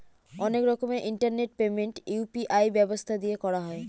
অনেক রকমের internet payment UPI ব্যবস্থা দিয়ে করা হয়